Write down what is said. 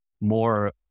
more